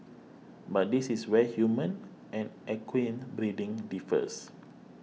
but this is where human and equine breeding differs